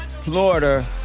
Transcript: Florida